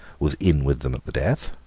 was in with them at the death,